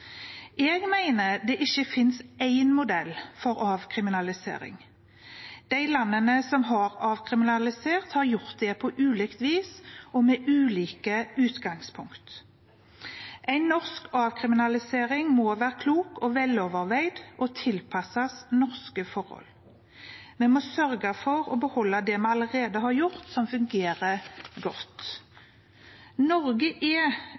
Jeg mener det ikke finnes én modell for avkriminalisering. De landene som har avkriminalisert, har gjort det på ulike vis og med ulike utgangspunkt. En norsk avkriminalisering må være klok og veloverveid og tilpasses norske forhold. Vi må sørge for å beholde det vi allerede har gjort som fungerer godt. Norge er,